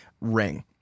ring